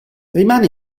rimane